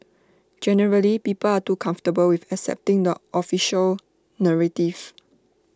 generally people are too comfortable with accepting the official narrative